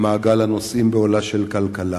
למעגל הנושאים בעולה של כלכלה.